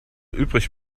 übrig